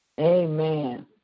Amen